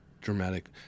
dramatic